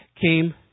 came